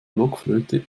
blockflöte